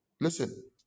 Listen